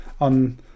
on